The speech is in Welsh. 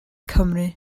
cymru